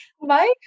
Mike